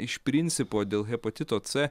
iš principo dėl hepatito c